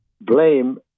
blame